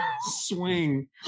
swing